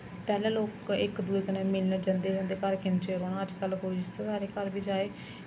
पैह्लें लोक इक दूए कन्नै मिलन जंदे हे उंदे घर किन्ने चिर रौह्ना अज्ज कल कोई रिश्तेदारें दे घर बी जाए